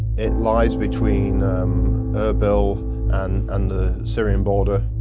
it lies between erbil and and the syrian border.